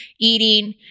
eating